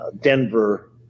Denver